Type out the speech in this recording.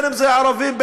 אם ערבים,